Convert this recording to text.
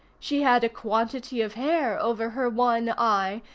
she had a quantity of hair over her one eye,